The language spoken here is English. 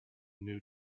new